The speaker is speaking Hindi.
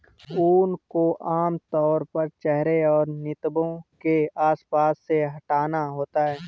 ऊन को आमतौर पर चेहरे और नितंबों के आसपास से हटाना होता है